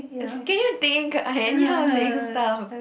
as in can you think I anyhow saying stuff